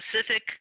specific